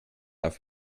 auf